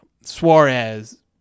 Suarez